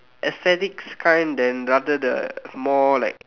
aesthetics kind than rather the more like